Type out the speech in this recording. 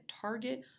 Target